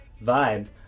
vibe